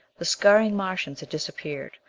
the scurrying martians had disappeared.